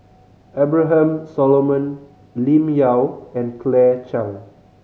Abraham Solomon Lim Yau and Claire Chiang